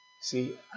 See